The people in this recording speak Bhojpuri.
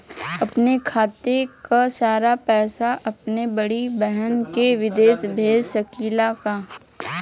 अपने खाते क सारा पैसा अपने बड़ी बहिन के विदेश भेज सकीला का?